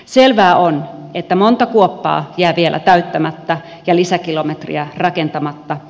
selvää on että monta kuoppaa jää vielä täyttämättä ja lisäkilometriä rakentamatta